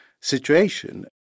situation